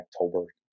October